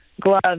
gloves